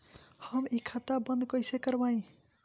हम इ खाता बंद कइसे करवाई?